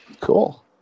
Cool